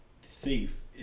safe